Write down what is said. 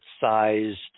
sized